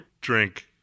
drink